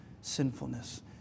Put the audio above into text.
sinfulness